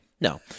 no